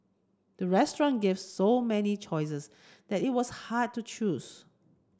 the restaurant gave so many choices that it was hard to choose